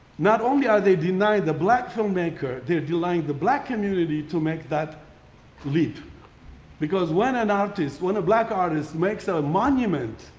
not only are they denying the black filmmaker they're denying the black community to make that leap because when an artist, when a black artist makes a monument